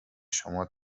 شما